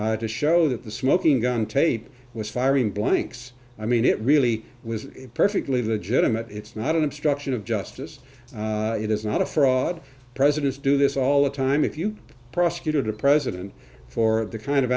to show that the smoking gun tape was firing blanks i mean it really was a perfectly legitimate it's not an obstruction of justice it is not a fraud presidents do this all the time if you prosecuted a president for the kind of